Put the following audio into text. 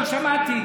אני שמעתי.